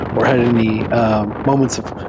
or had any moments of